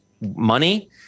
money